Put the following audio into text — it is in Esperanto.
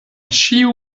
ĉiu